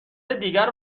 دیگر